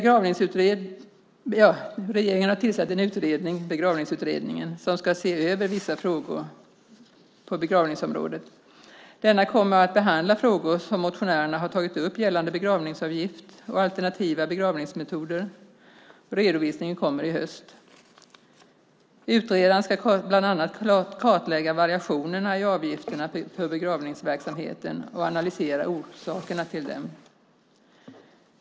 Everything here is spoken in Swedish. Regeringen har tillsatt en utredning, Begravningsutredningen, som ska se över vissa frågor på begravningsområdet. Denna kommer att behandla frågor som motionärerna har tagit upp gällande begravningsavgift och alternativa begravningsmetoder. Redovisningen kommer i höst. Utredaren ska bland annat kartlägga variationerna i avgifterna för begravningsverksamheten och analysera orsakerna till dem.